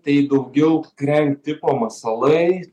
tai daugiau krem tipo masalai